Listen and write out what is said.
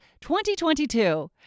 2022